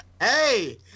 Hey